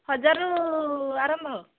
ହଜାରରୁ ଆରମ୍ଭ